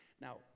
Now